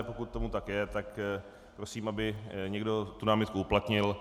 Pokud tomu tak je, tak prosím, aby někdo námitku uplatnil.